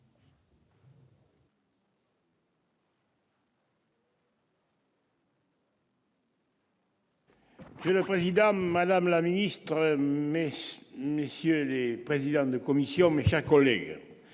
Monsieur le ministre madame la ministre, messieurs les présidents de commission chers collègues.